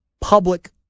public